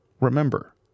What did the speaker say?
remember